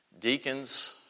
deacons